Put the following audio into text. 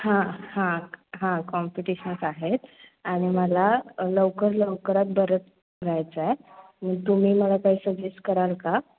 हां हां हां कॉम्पिटिशन्स आहेत आणि मला लवकर लवकरात बरंच राहायचं आहे मग तुम्ही मला काही सजेस्ट कराल का